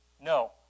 No